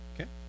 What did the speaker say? Okay